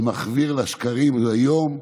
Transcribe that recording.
זה מחוויר מול השקרים היום.